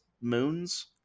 moons